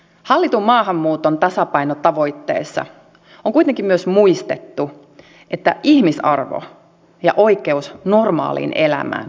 hallitun maahanmuuton tasapainotavoitteessa on kuitenkin myös muistettu että ihmisarvo ja oikeus normaaliin elämään kuuluvat kaikille